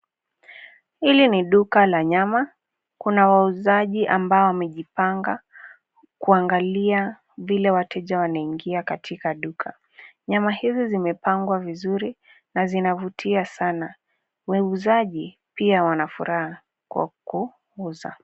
Hili ni duka la nyama. Kuna wauzaji ambao wamejipanga kuangalia vile wateja wanaingia katika duka. Nyama hizi zimepangwa vizuri na zinavutia sana. Wauzaji pia wana furaha kwa kuuza.